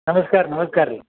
ನಮಸ್ಕಾರ ನಮಸ್ಕಾರ ರೀ